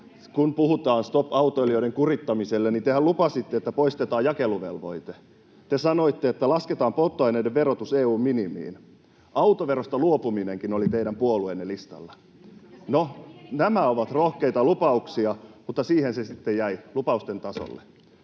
Kun puhutaan Stop autoilijoiden kuritukselle -ryhmästä, niin tehän lupasitte, että poistetaan jakeluvelvoite. Te sanoitte, että lasketaan polttoaineiden verotus EU:n minimiin. Autoverosta luopuminenkin oli teidän puolueenne listalla. No, nämä ovat rohkeita lupauksia, mutta siihen se sitten jäi, lupausten tasolle.